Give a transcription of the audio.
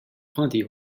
plenty